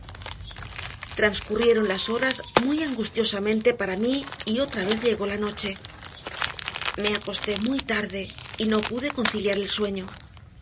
transcurrieron las horas muy angustiosamente para mí y otra vez llegó la noche me acosté muy tarde y no pude conciliar el sueño